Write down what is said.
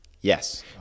Yes